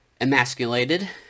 emasculated